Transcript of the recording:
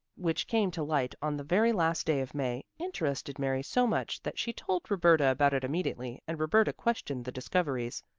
which came to light on the very last day of may, interested mary so much that she told roberta about it immediately and roberta questioned the discoverers.